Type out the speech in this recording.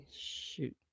shoot